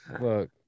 Look